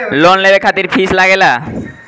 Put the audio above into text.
Loan लेवे खातिर fees लागेला?